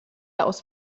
aus